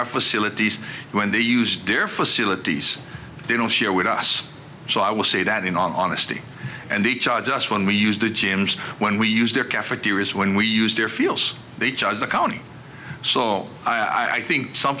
our facilities when they use their facilities they don't share with us so i will say that in on the city and they charge us when we use the gyms when we use their cafeterias when we use their fields they charge the county so i think some